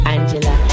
Angela